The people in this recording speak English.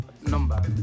number